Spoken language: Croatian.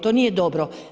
To nije dobro.